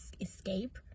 escape